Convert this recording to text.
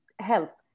help